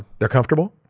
they're comfortable?